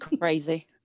crazy